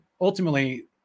ultimately